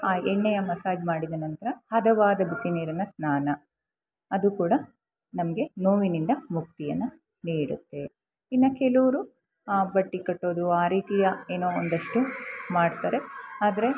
ಆ ಎಣ್ಣೆಯ ಮಸಾಜ್ ಮಾಡಿದ ನಂತರ ಹದವಾದ ಬಿಸಿ ನೀರಿನ ಸ್ನಾನ ಅದು ಕೂಡ ನಮಗೆ ನೋವಿನಿಂದ ಮುಕ್ತಿಯನ್ನು ನೀಡುತ್ತೆ ಇನ್ನು ಕೆಲವರು ಬಟ್ಟೆ ಕಟ್ಟೋದು ಆ ರೀತಿಯ ಏನು ಒಂದಿಷ್ಟು ಮಾಡ್ತಾರೆ ಆದರೆ